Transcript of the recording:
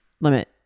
limit